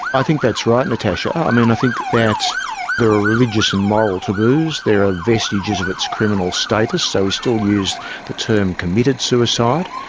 i think that's right natasha, i mean i think that there are religious and moral taboos, there are vestiges of its criminal status, so we still use the term committed suicide,